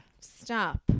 Stop